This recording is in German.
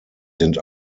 sind